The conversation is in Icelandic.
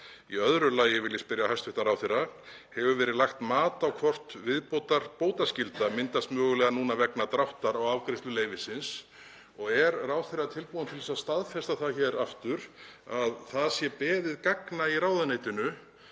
Í öðru lagi vil ég spyrja hæstv. ráðherra: Hefur verið lagt mat á hvort viðbótarbótaskylda myndast mögulega núna vegna dráttar á afgreiðslu leyfisins? Og er ráðherra tilbúinn til að staðfesta það hér aftur að beðið sé gagna í ráðuneytinu